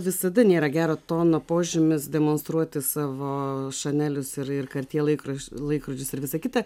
visada nėra gero tono požymis demonstruoti savo šanelius ir ir kartjier laikrodžius laikrodžius ir visa kita